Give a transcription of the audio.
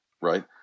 right